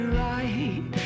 right